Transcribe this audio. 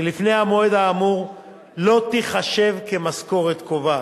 שלפני המועד האמור לא תיחשב משכורת קובעת,